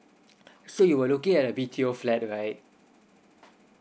so you were looking at a B_T_O flat right